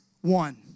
one